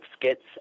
skits